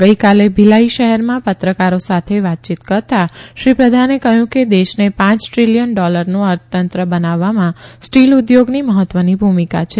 ગઇકાલે ભિલાઇ શહેરમાં પત્રકારો સાથે વાતચીત કરતા શ્રી પ્રધાને કહ્યું કે દેશને પાંચ દ્રીલીયન ડોલરનું અર્થતંત્ર બનાવવામાં સ્ટીલ ઉદ્યોગની મહત્વની ભૂમિકા છે